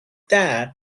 that